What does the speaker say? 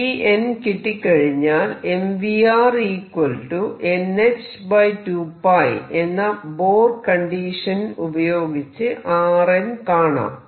vn കിട്ടിക്കഴിഞ്ഞാൽ mvrnh2π എന്ന Bohr condition ഉപയോഗിച്ച് rn കാണാം